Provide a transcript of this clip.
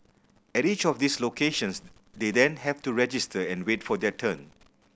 at each of these locations they then have to register and wait for their turn